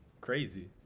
crazy